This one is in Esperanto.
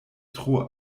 tro